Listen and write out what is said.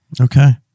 Okay